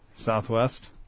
Southwest